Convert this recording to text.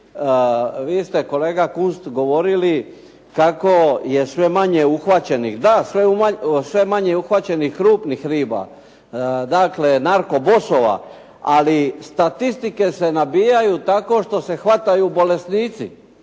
Vi ste kolega Kunst govorili kako je sve manje uhvaćenih, da sve manje uhvaćenih krupnih riba, dakle narkobossova, ali statistike se nabijaju tako što se hvataju bolesnici,